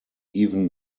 even